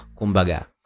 kumbaga